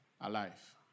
alive